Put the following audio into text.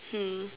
hmm